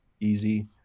easy